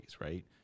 right